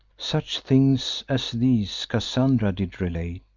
such things as these cassandra did relate.